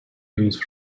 reviews